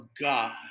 God